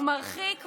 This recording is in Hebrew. הוא מרחיק ואומר,